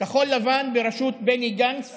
כחול לבן בראשות בני גנץ